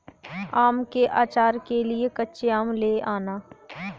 आम के आचार के लिए कच्चे आम ले आना